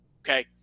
Okay